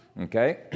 Okay